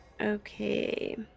Okay